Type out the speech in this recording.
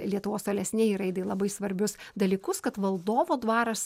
lietuvos tolesnei raidai labai svarbius dalykus kad valdovo dvaras